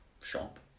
shop